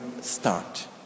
start